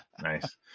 nice